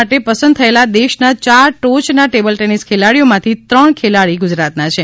માટે પસંદ થયેલા દેશના ચાર ટોચના ટેબલ ટેનિસ ખેલાડીઓમાંથી ત્રણ ખેલાડી ગુજરાતનાં છે